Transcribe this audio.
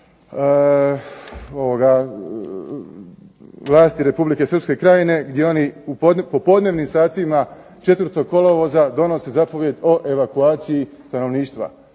vlasti Republike Srpske krajine gdje oni u popodnevnim satima 4. kolovoza donose zapovijed o evakuaciji stanovništva.